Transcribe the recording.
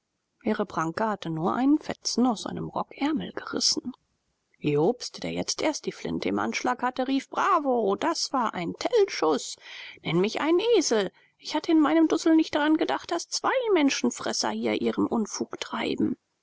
ihre pranke hatte nur einen fetzen aus seinem rockärmel gerissen jobst der jetzt erst die flinte im anschlag hatte rief bravo das war ein tellschuß nenne mich einen esel ich hatte in meinem dusel nicht daran gedacht daß zwei menschenfresser hier ihren unfug treiben